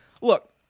look